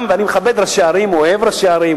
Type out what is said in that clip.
ואני מכבד ראשי ערים,